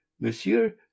Monsieur